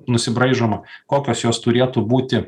nusibraižoma kokios jos turėtų būti